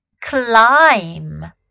climb